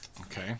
Okay